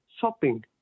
shopping